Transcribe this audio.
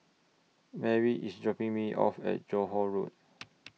Marry IS dropping Me off At Johore Road